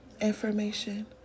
information